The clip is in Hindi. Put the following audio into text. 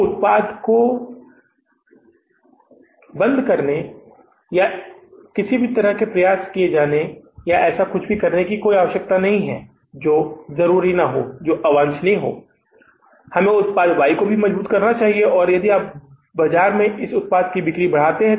तो उत्पाद को गिराने या किसी भी तरह के प्रयास करने या ऐसा कुछ भी करने की आवश्यकता नहीं है जो अवांछनीय है हमें उत्पाद वाई को भी मजबूत करना चाहिए और यदि आप बाजार में इस उत्पाद की बिक्री बढ़ाते हैं